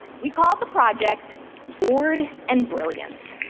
we called the project bored and brilliant.